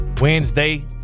Wednesday